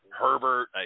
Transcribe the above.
Herbert